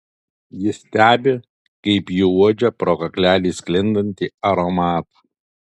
jis stebi kaip ji uodžia pro kaklelį sklindantį aromatą